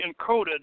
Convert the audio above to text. encoded